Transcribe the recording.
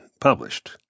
published